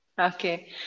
Okay